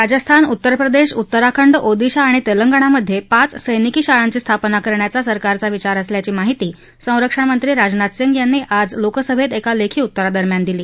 राजस्थान उत्तरप्रदेश उत्तराखंड ओदिशा आणि तेलंगणामध्ये पाच समिकी शाळांची स्थापना करण्याचा सरकारचा विचार असल्याची माहिती संरक्षणमंत्री राजनाथ सिंह यांनी आज लोकसभेत एका लेखी उत्तरादरम्यान दिली